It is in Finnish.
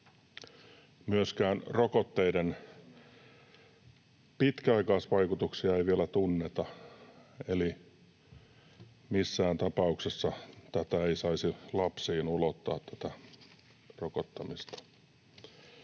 Myöskään rokotteiden pitkäaikaisvaikutuksia ei vielä tunneta, eli missään tapauksessa ei saisi lapsiin ulottaa tätä rokottamista